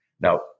now